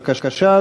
בבקשה,